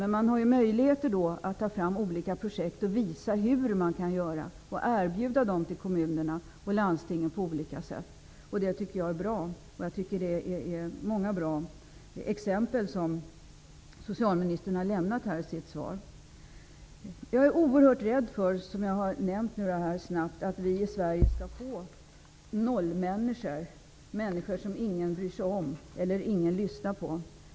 Men man har möjligheter att ta fram olika projekt och visa hur man kan göra och på olika sätt erbjuda de projekten till kommunerna och landstingen. Det tycker jag är bra. Det är många bra exempel som socialministern har lämnat i sitt svar. Jag är oerhört rädd för, som jag har nämnt, att vi i Sverige skall få nollmänniskor, människor som ingen bryr sig om eller lyssnar på.